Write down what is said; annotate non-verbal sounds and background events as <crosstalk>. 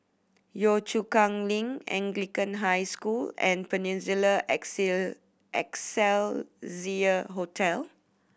Yio Chu Kang Link Anglican High School and Peninsula <unintelligible> Excelsior Hotel